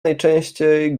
najczęściej